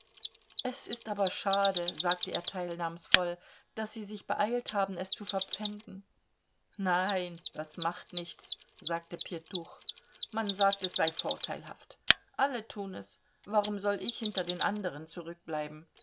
es ist aber schade sagte er teilnahmsvoll daß sie sich beeilt haben es zu verpfänden nein das macht nichts sagte pjetuch man sagt es sei vorteilhaft alle tun es warum soll ich hinter den anderen zurückbleiben